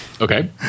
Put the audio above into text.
Okay